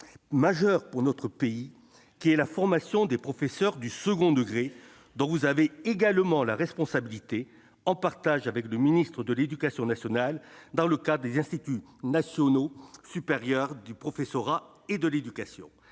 majeur pour notre pays : la formation des professeurs du second degré, dont vous avez également la responsabilité en partage avec le ministre de l'éducation nationale dans le cadre des Instituts nationaux supérieurs du professorat et de l'éducation.